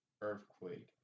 Earthquake